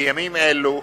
בימים אלו